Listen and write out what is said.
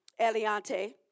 Eliante